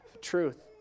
truth